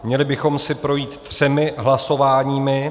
Měli bychom si projít třemi hlasováními.